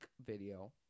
video